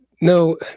no